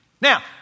Now